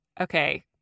okay